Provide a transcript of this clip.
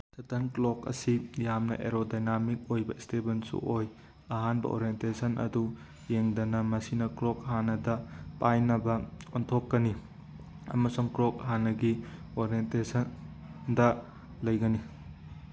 shuttlecock ꯑꯁꯤ ꯌꯥꯝꯅ aerodynamic ꯑꯣꯏꯕ ꯏꯁꯇꯦꯕꯜꯁꯨ ꯑꯣꯏ ꯑꯍꯥꯟꯕ ꯑꯣꯔꯦꯟꯇꯦꯁꯟ ꯑꯗꯨ ꯌꯦꯡꯗꯅ ꯃꯁꯤꯅ ꯀ꯭ꯂꯣꯛ ꯍꯥꯟꯅꯗ ꯄꯥꯏꯅꯕ ꯑꯣꯟꯊꯣꯛꯀꯅꯤ ꯑꯃꯁꯨꯡ ꯀ꯭ꯂꯣꯛ ꯍꯥꯟꯅꯒꯤ ꯑꯣꯔꯦꯟꯇꯦꯁꯟꯗ ꯂꯩꯒꯅꯤ